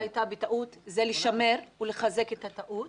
שהייתה בטעות זה לשמר ולחזק את הטעות